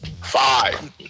Five